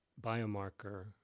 biomarker